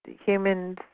humans